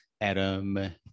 Adam